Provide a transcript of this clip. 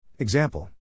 Example